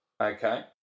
okay